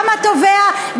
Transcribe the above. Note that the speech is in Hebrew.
גם התובע,